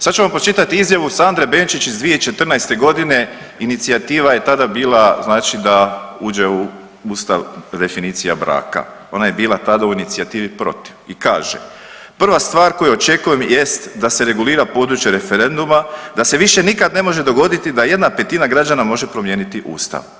Sad ću vam pročitat izjavu Sandre Benčić iz 2014.g., inicijativa je tada bila znači da uđe u ustav definicija braka, ona je bila tada u inicijativi protiv i kaže, prva stvar koju očekujem jest da se regulira područje referenduma da se više nikad ne može dogoditi da 1/5 građana može promijeniti ustav.